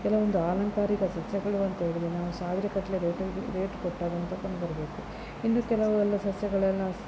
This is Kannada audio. ಕೆಲವೊಂದು ಆಲಂಕಾರಿಕ ಸಸ್ಯಗಳು ಅಂತ ಹೇಳಿದರೆ ನಾವು ಸಾವಿರಗಟ್ಟಲೆ ರೇಟ್ ರೇಟ್ ಕೊಟ್ಟದನ್ನು ತಕೊಂಡು ಬರಬೇಕು ಇನ್ನು ಕೆಲವೆಲ್ಲ ಸಸ್ಯಗಳೆಲ್ಲ